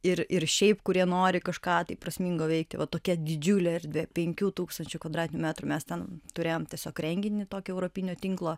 ir ir šiaip kurie nori kažką tai prasmingo veikti va tokia didžiulė erdvė penkių tūkstančių kvadratinių metrų mes ten turėjom tiesiog renginį tokį europinio tinklo